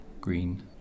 green